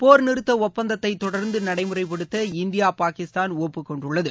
போர் நிறுத்த ஒப்பந்தத்தை தொடர்ந்து நடைமுறைப்படுத்த இந்தியா பாகிஸ்தான் ஒப்புக்கொண்டுள்ளது